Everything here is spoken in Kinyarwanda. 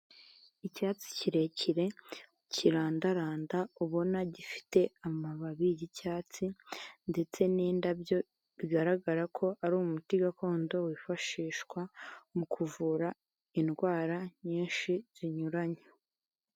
Icyatsi kirekire kirandaranda, ubona gifite amababi y'icyatsi ndetse n'indabyo, bigaragara ko ari umuti gakondo wifashishwa mu kuvura indwara nyinshi zinyuranye.